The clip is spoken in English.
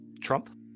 trump